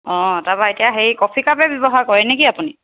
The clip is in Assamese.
অঁ তাৰপৰা এতিয়া হেৰি কফি কাপে ব্যৱহাৰ কৰে নে কি আপুনি